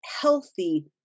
healthy